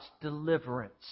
deliverance